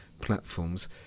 platforms